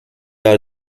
are